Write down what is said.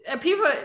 People